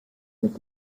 mit